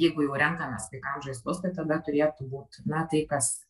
jeigu jau renkamės vaikam žaislus tai tada turėtų būt na tai kas